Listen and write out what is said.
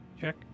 Check